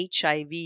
HIV